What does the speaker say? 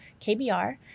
KBR